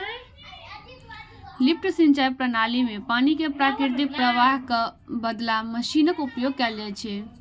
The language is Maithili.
लिफ्ट सिंचाइ प्रणाली मे पानि कें प्राकृतिक प्रवाहक बदला मशीनक उपयोग कैल जाइ छै